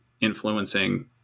influencing